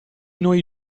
noi